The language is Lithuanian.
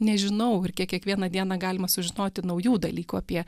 nežinau ir kiek kiekvieną dieną galima sužinoti naujų dalykų apie